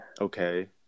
Okay